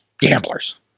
gamblers